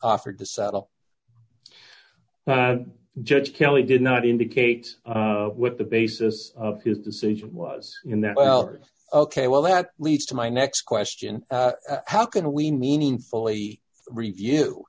offered to settle judge kelly did not indicate what the basis of his decision was in that well ok well that leads to my next question how can we meaningfully review